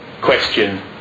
question